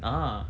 ah